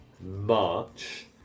March